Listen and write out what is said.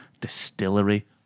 distillery